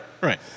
Right